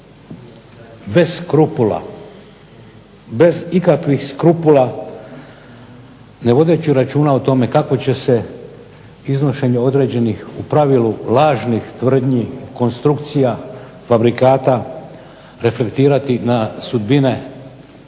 bez skrupula, bez ikakvih skrupula ne vodeći računa o tome kako će se iznošenje određenih, u pravilu lažnih, tvrdnji, konstrukcija, fabrikata reflektirati na sudbine pojedinca,